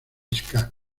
ska